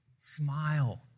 Smile